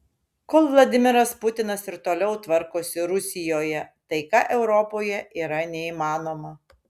kol vladimiras putinas ir toliau tvarkosi rusijoje taika europoje yra neįmanoma